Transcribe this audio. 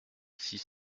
six